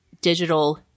digital